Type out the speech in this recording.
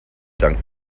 dank